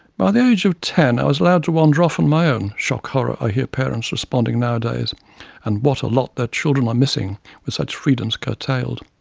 by the age of ten, i was allowed to wander off on my own shock-horror, i hear parents responding nowadays and what a lot their children are missing with such freedoms curtailed.